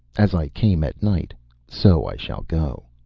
as i came at night so i shall go.